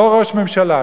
שאותו ראש ממשלה,